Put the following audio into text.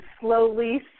slowly